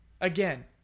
again